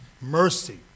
mercy